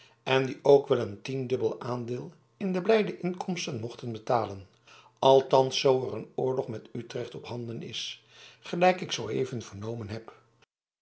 en die ook wel een tiendubbel aandeel in de blijde inkomsten mochten betalen althans zoo er een oorlog met utrecht op handen is gelijk ik zooeven vernomen heb